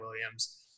Williams